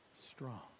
strong